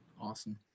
Awesome